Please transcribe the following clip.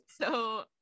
so-